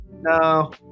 no